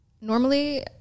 normally